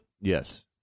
Yes